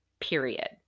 period